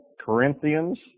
Corinthians